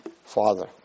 father